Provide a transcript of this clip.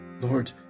Lord